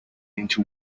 into